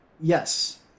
yes